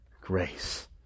grace